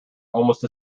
almost